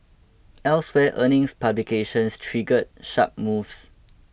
elsewhere earnings publications triggered sharp moves